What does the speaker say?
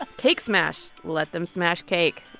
cake smash let them smash cake.